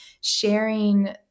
sharing